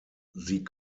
sie